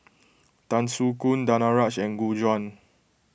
Tan Soo Khoon Danaraj and Gu Juan